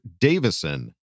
Davison